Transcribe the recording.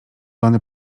lony